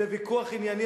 זה ויכוח ענייני,